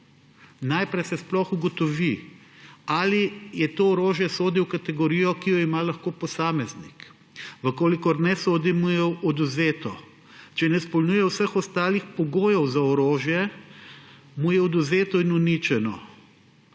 Najprej se sploh ugotovi, ali to orožje sodi v kategorijo, ki jo ima lahko posameznik. Če ne sodi, mu je odvzeto. Če ne izpolnjuje vseh ostalih pogojev za orožje, mu je odvzeto in uničeno.